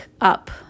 up